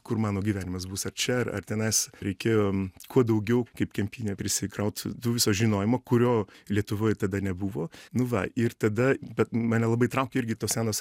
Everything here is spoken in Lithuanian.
kur mano gyvenimas bus ar čia ar tenais reikėjo kuo daugiau kaip kempinė prisikraut to viso žinojimo kurio lietuvoj tada nebuvo nu va ir tada bet mane labai traukė irgi tos senos